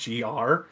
GR